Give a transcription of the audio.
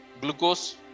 glucose